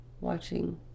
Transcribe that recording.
watching